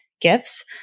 gifts